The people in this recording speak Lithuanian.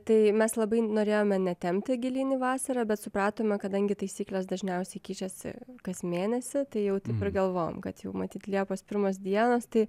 tai mes labai norėjome netempti gilyn į vasarą bet supratome kadangi taisyklės dažniausiai keičiasi kas mėnesį tai jau taip ir galvojom kad jau matyt liepos pirmos dienos tai